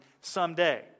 someday